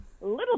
little